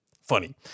funny